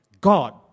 God